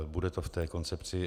Bude to v koncepci.